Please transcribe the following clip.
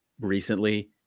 recently